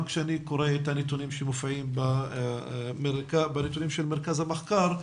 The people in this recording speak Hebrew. כשאני קורא את הנתונים של מרכז המחקר,